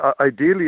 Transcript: ideally